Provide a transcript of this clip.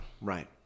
Right